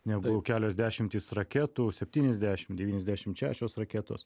negu kelios dešimtys raketų septyniasdešim devyniasdešim šešios raketos